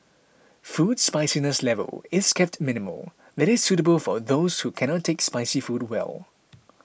food spiciness level is kept minimal that is suitable for those who cannot take spicy food well